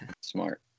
Smart